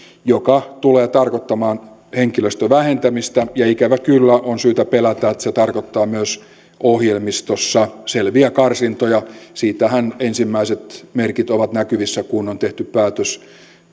joka tulee tarkoittamaan henkilöstön vähentämistä ja ikävä kyllä on syytä pelätä että se tarkoittaa myös ohjelmistossa selviä karsintoja siitähän ensimmäiset merkit ovat näkyvissä kun on tehty päätös